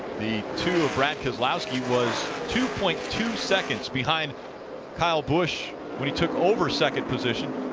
the two of brad keselowski was two point two seconds behind kyle busch when he took over second position,